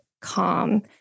calm